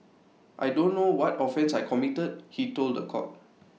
I don't know what offence I committed he told The Court